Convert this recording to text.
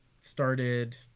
started